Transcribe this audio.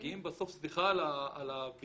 הסדרת מעמדה